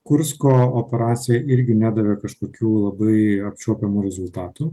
kursko operacija irgi nedavė kažkokių labai apčiuopiamų rezultatų